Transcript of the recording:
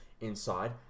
Inside